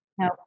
No